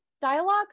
Dialogue